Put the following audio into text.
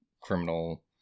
criminal